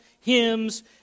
hymns